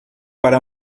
para